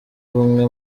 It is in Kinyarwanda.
bumwe